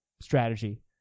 strategy